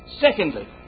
Secondly